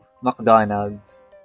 McDonald's